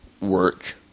work